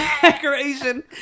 decoration